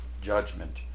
judgment